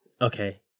okay